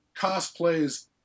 cosplays